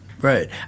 right